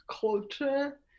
culture